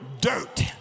dirt